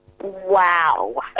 Wow